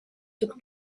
took